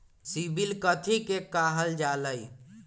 CIBIL कथि के काहल जा लई?